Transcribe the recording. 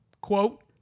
quote